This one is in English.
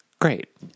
great